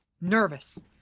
nervous